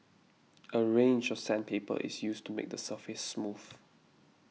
a range of sandpaper is used to make the surface smooth